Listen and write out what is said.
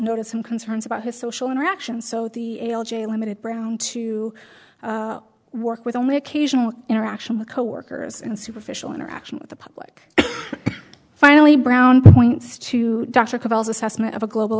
noted some concerns about his social interaction so the l j limited brown to work with only occasional interaction with coworkers and superficial interaction with the public finally brown points to dr